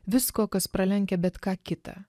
visko kas pralenkia bet ką kitą